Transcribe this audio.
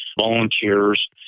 Volunteers